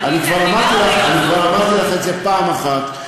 אני כבר אמרתי לך את זה פעם אחת,